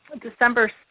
December